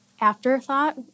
afterthought